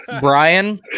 Brian